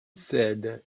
said